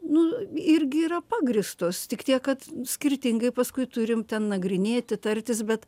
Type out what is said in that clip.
nu irgi yra pagrįstos tik tiek kad skirtingai paskui turim ten nagrinėti tartis bet